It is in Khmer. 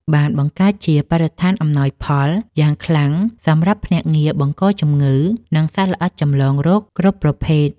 បានបង្កើតជាបរិស្ថានអំណោយផលយ៉ាងខ្លាំងសម្រាប់ភ្នាក់ងារបង្កជំងឺ និងសត្វល្អិតចម្លងរោគគ្រប់ប្រភេទ។